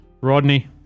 Rodney